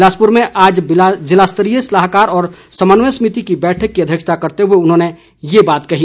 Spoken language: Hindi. बिलासपुर में आज जिला स्तरीय सलाहकार व समन्वय समिति की बैठक की अध्यक्षता करते हुए उन्होंने ये बात कही